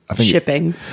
Shipping